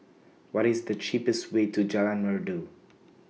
What IS The cheapest Way to Jalan Merdu